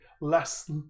less